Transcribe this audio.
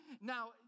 Now